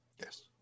Yes